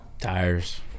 tires